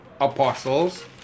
apostles